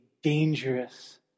dangerous